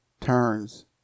turns